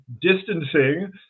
distancing